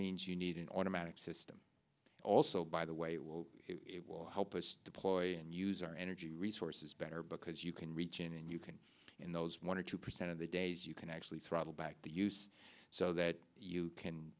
means you need an automatic system also by the way it will it will help us deploy and use our energy resources better because you can reach in and you can in those one or two percent of the days you can actually throttle back the use so that you can